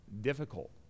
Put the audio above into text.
Difficult